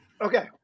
okay